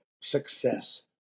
success